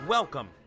Welcome